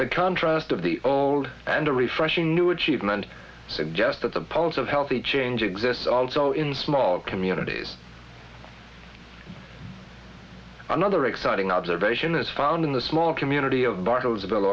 the contrast of the old and a refreshing new achievement suggest that the pulse of healthy change exists also in small communities another exciting observation is found in the small community of bartlesville